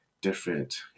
different